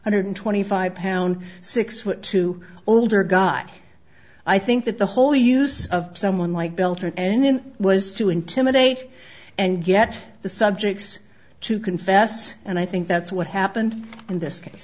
hundred twenty five pound six foot two older guy i think that the whole use of someone like beltran and then was to intimidate and get the subjects to confess and i think that's what happened in this case